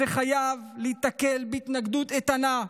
זה חייב להיתקל בהתנגדות איתנה,